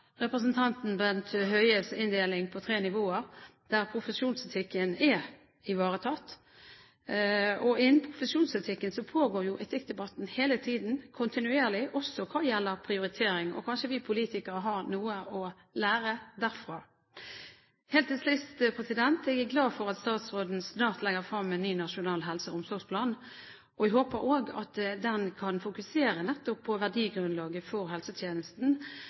representanten Bent Høies inndeling på tre nivåer, der profesjonsetikken er ivaretatt. Innenfor profesjonsetikken pågår etikkdebatten hele tiden – kontinuerlig – også når det gjelder prioritering. Kanskje vi politikere har noe å lære av det? Helt til sist er jeg glad for at statsråden snart legger frem en ny nasjonal helse- og omsorgsplan, og jeg håper også at den kan fokusere nettopp på verdigrunnlaget for helsetjenesten